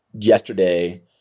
yesterday